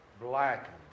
blackened